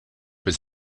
was